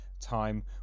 time